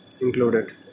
Included